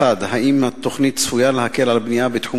1. האם התוכנית צפויה להקל על בנייה בתחום